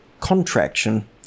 contraction